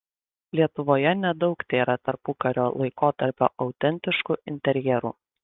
lietuvoje nedaug tėra tarpukario laikotarpio autentiškų interjerų